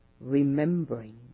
remembering